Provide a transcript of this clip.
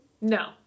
No